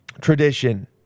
tradition